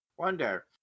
wonder